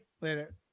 Later